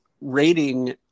rating